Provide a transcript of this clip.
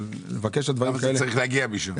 אבל לבקש על דברים כאלה --- למה זה צריך להגיע בשביל זה?